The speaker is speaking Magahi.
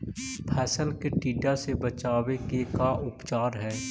फ़सल के टिड्डा से बचाव के का उपचार है?